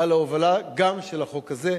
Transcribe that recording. על ההובלה גם של החוק הזה.